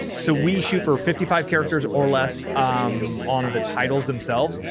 so we shoot for fifty five characters or less um on the titles themselves,